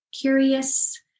Curious